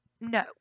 no